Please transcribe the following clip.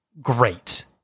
great